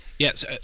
Yes